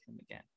again